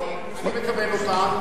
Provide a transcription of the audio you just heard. כן, אני מקבל אותן.